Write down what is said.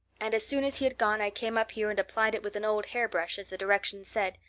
and as soon as he had gone i came up here and applied it with an old hairbrush as the directions said.